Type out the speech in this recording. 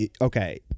Okay